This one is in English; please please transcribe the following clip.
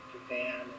Japan